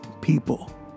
people